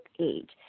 age